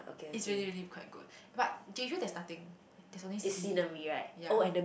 is really really quite good but Jeju there is nothing there is only sea ya